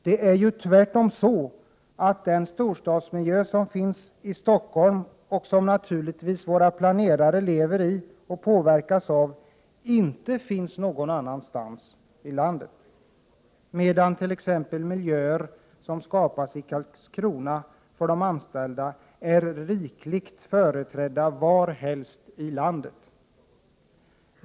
Det är ju tvärtom så att den storstadsmiljö som finns i Stockholm, och som naturligtvis våra planerare lever i och påverkas av, inte finns någon annanstans i landet, medan miljöer som skapas i Karlskrona för de anställda är rikligt företrädda över landet.